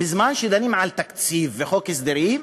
בזמן שדנים על התקציב וחוק ההסדרים,